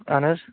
اَہَن حظ